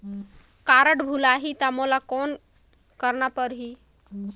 Card भुलाही ता मोला कौन करना परही?